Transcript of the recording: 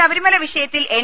ശബരിമല വിഷയത്തിൽ എൻ